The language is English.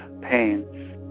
pains